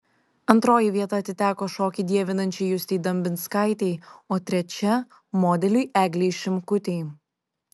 antroji vieta atiteko šokį dievinančiai justei dambinskaitei o trečia modeliui eglei šimkutei